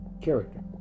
character